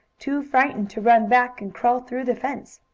too frightened to run back and crawl through the fence.